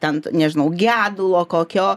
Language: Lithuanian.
ten nežinau gedulo kokio